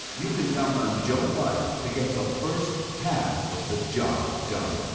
you can count on joe biden to get the first half of the job done.